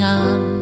on